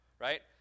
right